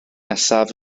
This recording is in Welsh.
nesaf